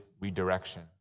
redirection